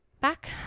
back